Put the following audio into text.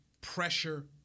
pressure